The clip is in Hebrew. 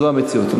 זו המציאות.